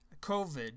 COVID